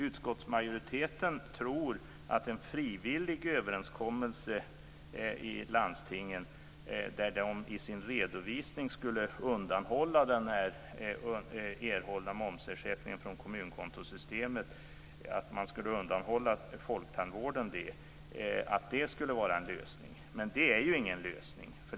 Utskottsmajoriteten tror att en frivillig överenskommelse i landstingen, där de i sin redovisning skulle undanhålla folktandvården den här erhållna momsersättningen från kommunkontosystemet, är en lösning. Men det är ju ingen lösning.